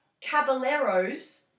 Caballeros